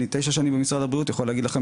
אני תשע שנים במשרד הבריאות ואני יכול להגיד לכם